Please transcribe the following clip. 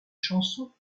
chansons